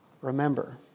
remember